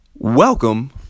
Welcome